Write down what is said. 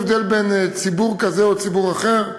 אין הבדל בין ציבור כזה וציבור אחר.